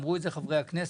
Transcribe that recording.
אמרו את זה חברי הכנסת.